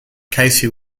casey